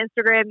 Instagram